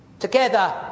Together